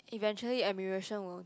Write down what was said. eventually admiration won't